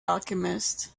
alchemist